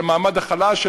של המעמד החלש,